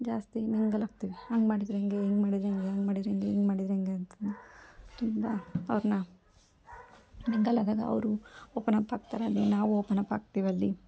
ಜಾಸ್ತಿ ಮಿಂಗಲ್ ಆಗ್ತೀವಿ ಹಂಗ್ ಮಾಡಿದರೆ ಹೀಗೆ ಹಿಂಗೆ ಮಾಡಿದರೆ ಹೇಗೆ ಹಂಗೆ ಮಾಡಿದರೆ ಹೇಗೆ ಹಿಂಗೆ ಮಾಡಿದರೆ ಹೇಗೆ ಅಂತಂದು ತುಂಬ ಅವ್ರನ್ನ ಮಿಂಗಲ್ ಆದಾಗ ಅವರು ಓಪನ್ ಅಪ್ ಆಗ್ತಾರೆ ಅಲ್ಲಿ ನಾವು ಓಪನ್ ಅಪ್ ಆಗ್ತೀವಿ ಅಲ್ಲಿ